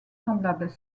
semblables